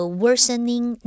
worsening